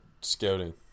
scouting